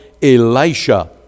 Elisha